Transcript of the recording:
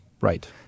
Right